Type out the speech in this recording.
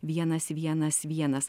vienas vienas vienas